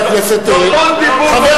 לראש הממשלה, שב.